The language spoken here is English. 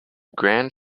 grand